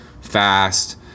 fast